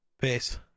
Peace